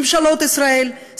ממשלות ישראל,